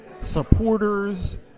supporters